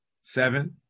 Seven